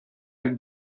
del